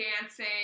dancing